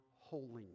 holiness